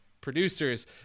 producers